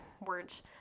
Words